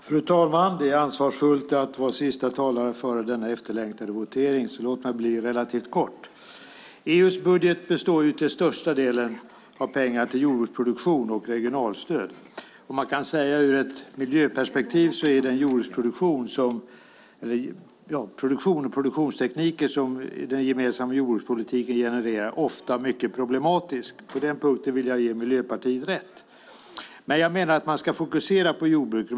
Fru talman! Det är ansvarsfullt att vara sista talare före denna efterlängtade votering, så låt mig bli relativt kort. EU:s budget består till största delen av pengar till jordbruksproduktion och regionalstöd, och man kan ur ett miljöperspektiv säga att den jordbruksproduktion och de produktionstekniker den gemensamma jordbrukspolitiken genererar ofta är mycket problematisk. På denna punkt vill jag ge Miljöpartiet rätt. Jag menar dock att man ska fokusera på jordbruket.